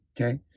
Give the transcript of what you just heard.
okay